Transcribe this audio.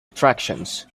attractions